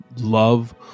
love